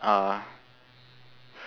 are